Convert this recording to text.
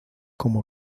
como